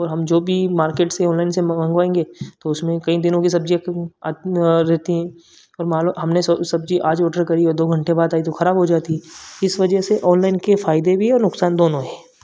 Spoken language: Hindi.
और हम जो भी मार्केट से ऑनलाइन से मंगवाएँगे तो उसमें कई दिनों के सब्ज़ी रखें रहती हैं और मान लो हमने सब्ज़ी आज ऑर्डर करी है दो घंटे बाद आई तो खराब हो जाती है इस वजह से ऑनलाइन के फायदे भी हैं और नुकसान दोनों हैं